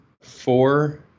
four